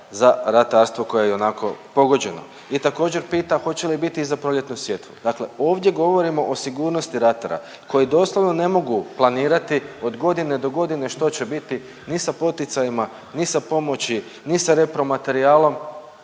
za ratarstvo koje je ionako pogođeno? I također pita hoće li biti i za proljetnu sjetvu? Dakle, ovdje govorimo o sigurnosti ratara koji doslovno ne mogu planirati od godine do godine što će biti ni sa poticajima, ni sa pomoći, ni sa repromaterijalom.